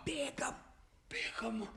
bėgam bėgam